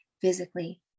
physically